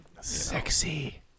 sexy